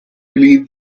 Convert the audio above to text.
believe